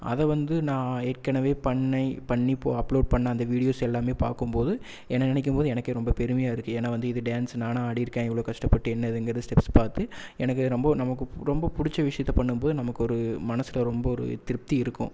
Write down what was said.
அதை வந்து நான் ஏற்கனவே பண்ணை பண்ணி போ அப்லோட் பண்ண அந்த வீடியோஸ் எல்லாமே பார்க்கும்போது என்ன நினைக்கும்போது எனக்கே ரொம்ப பெருமையாக இருக்குது ஏன்னால் வந்து இது டேன்ஸ் நானா ஆடியிருக்கேன் இவ்வளோ கஷ்டப்பட்டு என்ன ஏதுங்கிறது ஸ்டெப்ஸ் பார்த்து எனக்கு ரொம்ப நமக்கு ரொம்ப பிடிச்ச விஷயத்த பண்ணும்போது நமக்கு ஒரு மனசில் ரொம்ப ஒரு திருப்தி இருக்கும்